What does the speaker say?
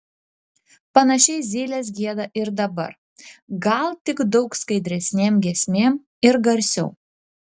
panašiai zylės gieda ir dabar gal tik daug skaidresnėm giesmėm ir garsiau